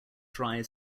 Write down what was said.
dry